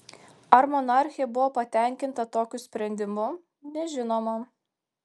ar monarchė buvo patenkinta tokiu sprendimu nežinoma